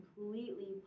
completely